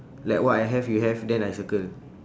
like what I have you have then I circle